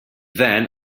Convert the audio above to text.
then